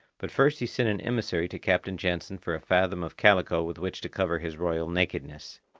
but first he sent an emissary to captain jansen for a fathom of calico with which to cover his royal nakedness.